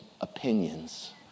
opinions